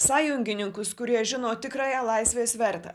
sąjungininkus kurie žino tikrąją laisvės vertę